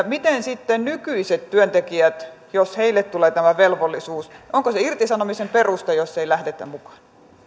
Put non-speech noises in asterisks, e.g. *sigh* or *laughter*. *unintelligible* miten sitten nykyiset työntekijät jos heille tulee tämä velvollisuus onko se irtisanomisen peruste jos ei lähdetä mukaan